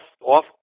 off